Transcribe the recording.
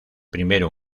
primero